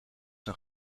een